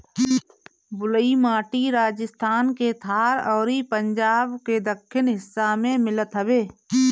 बलुई माटी राजस्थान के थार अउरी पंजाब के दक्खिन हिस्सा में मिलत हवे